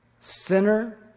sinner